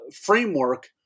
framework